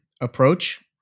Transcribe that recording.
approach